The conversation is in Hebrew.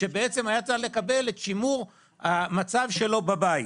כשבעצם היה צריך לקבל את שימור המצב שלו בבית.